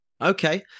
Okay